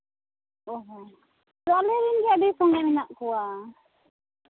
ᱚ ᱦᱚᱸ ᱟᱹᱰᱤ ᱥᱟᱸᱜᱮ ᱢᱮᱱᱟᱜ ᱠᱚᱣᱟ